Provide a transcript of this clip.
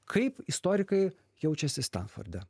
kaip istorikai jaučiąsi stanforde